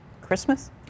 Christmas